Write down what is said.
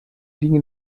liegen